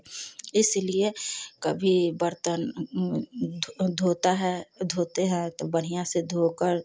इसलिए कभी बर्तन धोता है धोते हैं तो बढ़ियाँ से धोकर